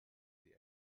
sie